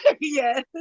Yes